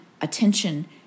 attention